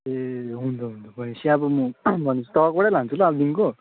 ए हुन्छ हुन्छ भनेपछि अब म भनेपछि तपाईँकोबाटै लान्छु ल अबदेखिको